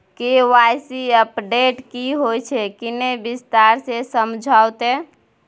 KYC update की होय छै किन्ने विस्तार से समझाऊ ते?